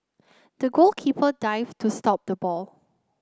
the goalkeeper dived to stop the ball